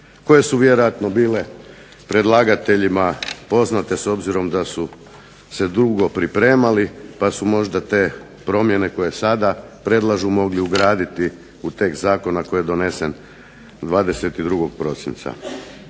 koje su vjerojatno bile predlagateljima poznate s obzirom da su se dugo pripremali pa su možda te promjene koje sada predlažu mogli ugraditi u tekst zakona koji je donesen 22. prosinca.